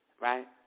Right